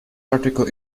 article